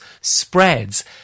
spreads